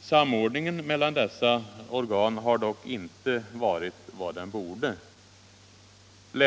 Samordningen mellan dessa organ har dock inte varit vad den borde.